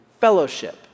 fellowship